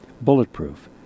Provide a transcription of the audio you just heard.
bulletproof